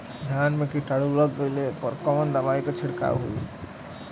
धान में कीटाणु लग गईले पर कवने दवा क छिड़काव होई?